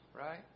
right